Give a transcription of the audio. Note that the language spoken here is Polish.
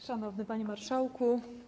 Szanowny Panie Marszałku!